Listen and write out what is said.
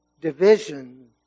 division